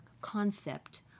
concept